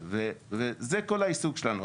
זה על העיסוק שלנו.